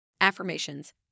Affirmations